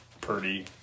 Purdy